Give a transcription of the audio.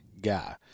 guy